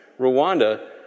Rwanda